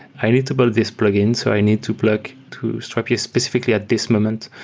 i need to build this plugins. so i need to plug to strapi specifically at this moment.